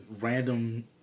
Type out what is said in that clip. Random